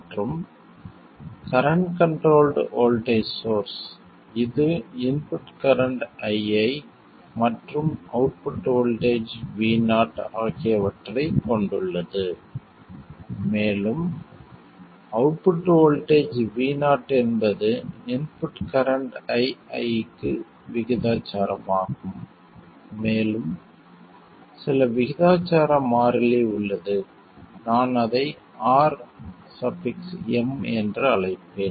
மற்றும் current controlled voltage source இது input current ii மற்றும் அவுட்புட் வோல்ட்டேஜ் vo ஆகியவற்றைக் கொண்டுள்ளது மேலும் அவுட்புட் வோல்ட்டேஜ் vo என்பது இன்புட் கரண்ட் ii க்கு விகிதாசாரமாகும் மேலும் சில விகிதாசார மாறிலி உள்ளது நான் அதை Rm என்று அழைப்பேன்